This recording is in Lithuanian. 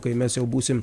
kai mes jau būsim